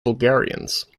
bulgarians